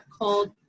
called